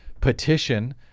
petition